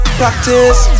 practice